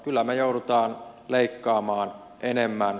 kyllä me joudumme leikkaamaan enemmän